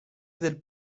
del